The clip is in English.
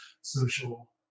social